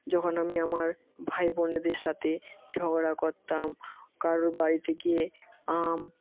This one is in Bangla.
যখন আমি আমার ভাই বোনেদের সাথে ঝগড়া করতাম কারুর বাড়িতে গিয়ে আম